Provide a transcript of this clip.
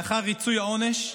לאחר ריצוי העונש,